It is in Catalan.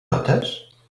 totes